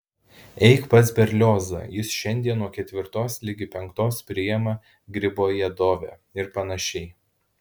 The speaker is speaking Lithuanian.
eik pas berliozą jis šiandien nuo ketvirtos ligi penktos priima gribojedove ir panašiai